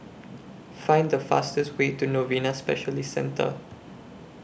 Find The fastest Way to Novena Specialist Centre